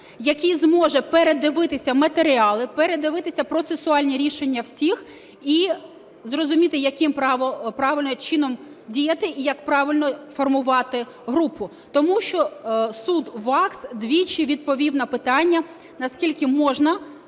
який зможе передивитися матеріали, передивитися процесуальні рішення всіх і зрозуміти, яким чином правильно діяти і як правильно формувати групу. Тому що суд ВАКС двічі відповів на питання наскільки можна